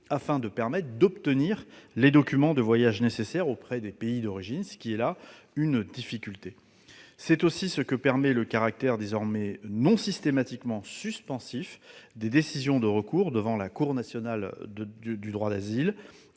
afin de pouvoir obtenir les documents de voyage nécessaires auprès des pays d'origine, ce qui est une des difficultés rencontrées. C'est aussi ce que permet le caractère désormais non systématiquement suspensif des recours introduits devant la Cour nationale du droit d'asile,